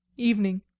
evening.